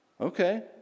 Okay